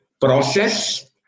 process